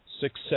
success